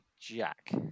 Jack